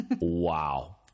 wow